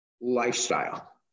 lifestyle